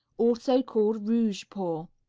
also called rouge paw.